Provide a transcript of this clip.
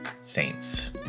saints